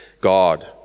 God